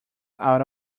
out